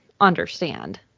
understand